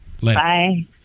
Bye